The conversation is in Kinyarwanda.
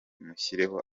mushyireho